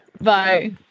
Bye